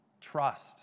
trust